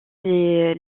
les